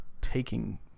taking